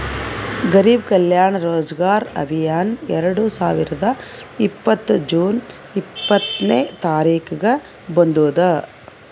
ಗರಿಬ್ ಕಲ್ಯಾಣ ರೋಜಗಾರ್ ಅಭಿಯಾನ್ ಎರಡು ಸಾವಿರದ ಇಪ್ಪತ್ತ್ ಜೂನ್ ಇಪ್ಪತ್ನೆ ತಾರಿಕ್ಗ ಬಂದುದ್